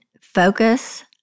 focus